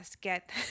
get